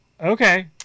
okay